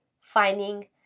finding